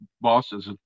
bosses